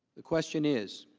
the question is,